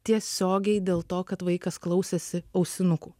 tiesiogiai dėl to kad vaikas klausėsi ausinukų